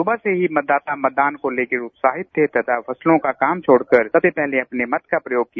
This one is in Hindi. सुबह से ही मतदाता मतदान को लेकर उत्साहित थे तथा फसलों का काम छोड़कर सबसे पहले अपने मत का प्रयोग किया